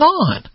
on